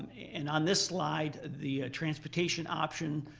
and on this slide the transportation option,